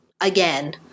again